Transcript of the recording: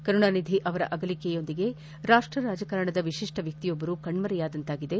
ಕರುಣಾನಿಧಿ ಅವರ ಅಗಲಿಕೆಯೊಂದಿಗೆ ರಾಷ್ಟರಾಜಕಾರಣದ ವಿಶಿಷ್ಠ ವ್ಯಕ್ತಿಯೊಬ್ಬರು ಕಣ್ಣರೆಯಾದಂತಾಗಿದೆ